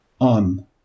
on